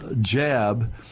jab